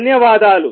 ధన్యవాదాలు